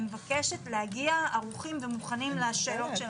מבקשת להגיע ערוכים ומוכנים לשאלות שלנו.